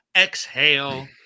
Exhale